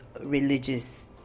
religious